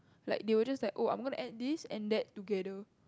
like they were just like oh I'm gonna add this and that together